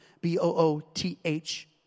B-O-O-T-H